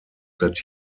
that